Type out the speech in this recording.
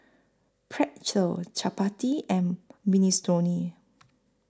Pretzel Chapati and Minestrone